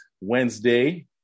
Wednesday